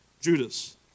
Judas